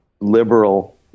liberal